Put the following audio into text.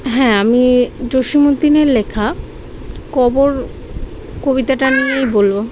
হ্যাঁ আমি জসীমউদ্দীনের লেখা কবর কবিতাটা নিয়েই বলবো